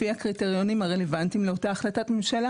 לפי הקריטריונים הרלוונטיים לאותה החלטת ממשלה